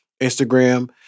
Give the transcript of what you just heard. Instagram